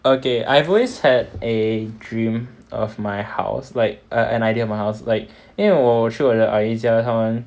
okay I've always had a dream of my house like err an idea my house like 因为我去我的阿姨家他们